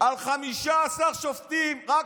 על 15 שופטים, אני אגיד לך מי.